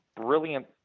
brilliant